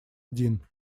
один